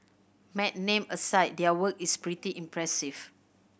mad name aside their work is pretty impressive